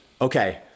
okay